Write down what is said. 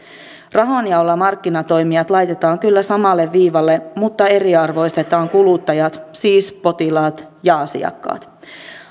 rahanjaolla markkinatoimijat laitetaan kyllä samalle viivalle mutta eriarvoistetaan kuluttajat siis potilaat ja asiakkaat